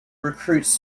recruits